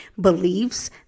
beliefs